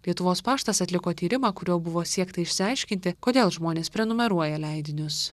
lietuvos paštas atliko tyrimą kuriuo buvo siekta išsiaiškinti kodėl žmonės prenumeruoja leidinius